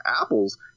apples